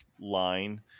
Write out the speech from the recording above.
line